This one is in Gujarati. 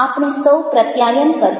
આપણે સૌ પ્રત્યાયન કરીએ